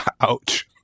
Ouch